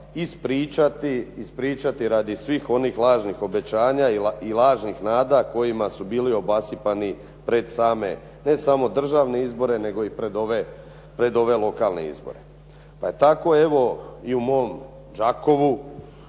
ispričati radi svih onih lažnih obećanja i lažnih nada kojima su bili obasipani pred same ne samo državne izbore nego i pred ove lokalne izbore. Tako evo i u mom Đakovu